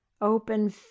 open